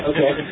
Okay